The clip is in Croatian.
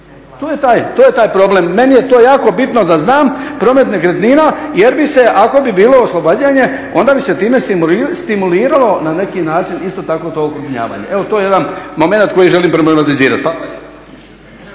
to je taj problem. Meni je to jako bitno da znam promet nekretnina jer bi se ako bi bilo oslobađanje onda bi se time stimuliralo na neki način isto tako to okrupnjavanje. Evo to je jedan momenat koji želim problematizirati.